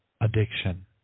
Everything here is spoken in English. addiction